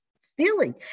stealing